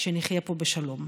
שנחיה פה בשלום.